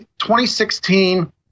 2016